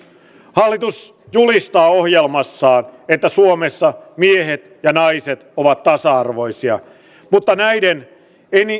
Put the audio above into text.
hallitus julistaa ohjelmassaan että suomessa miehet ja naiset ovat tasa arvoisia mutta näiden